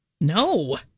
No